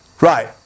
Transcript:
right